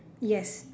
yes